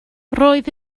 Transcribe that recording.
roedd